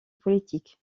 politique